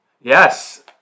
Yes